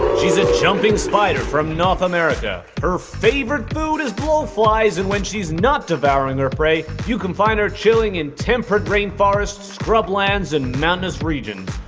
she's a jumping spider from north america. her favorite food is blow flies. and when she's not devouring her prey, you can find her chilling in temperate rainforests, scrublands and mountainous regions.